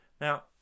now